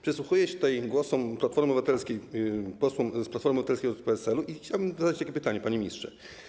Przysłuchuję się tutaj głosom Platformy Obywatelskiej, posłom z Platformy Obywatelskiej lub z PSL-u i chciałbym zadać takie pytanie, panie ministrze.